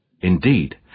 Indeed